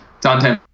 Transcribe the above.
Dante